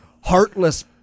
Heartless